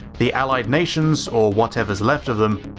the allied nations, or whatever's left of them,